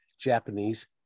Japanese